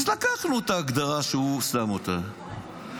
לקחנו את ההגדרה, שהוא שם אותה,